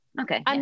okay